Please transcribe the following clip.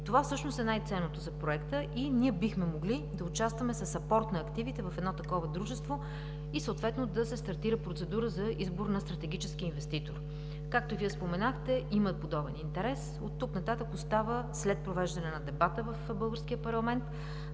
Това всъщност е най-ценното за Проекта и ние бихме могли да участваме с апорт на активите в едно такова дружество и съответно да се стартира процедура за избор на стратегически инвеститор. Както Вие споменахте, има подобен интерес. Оттук нататък остава след провеждане на дебата в българския парламент